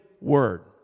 word